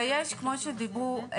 כמו שדיברו,